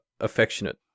affectionate